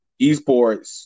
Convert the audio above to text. esports